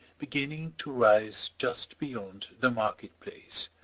beginning to rise just beyond the market-place.